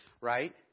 right